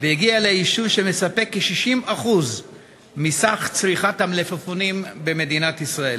והגיע להיות ליישוב שמספק כ-60% מצריכת המלפפונים במדינת ישראל.